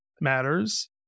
matters